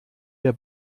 der